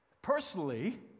personally